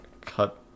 cut